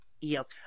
Yes